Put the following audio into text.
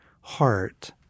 heart